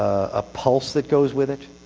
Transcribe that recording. a pulse that goes with it,